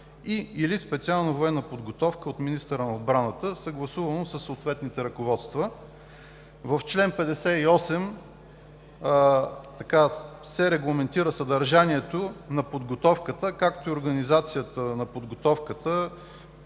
и/или специална военна подготовка от министъра на отбраната, съгласувано със съответните ръководства“. В чл. 58 се регламентира съдържанието на подготовката, както и организацията на подготовката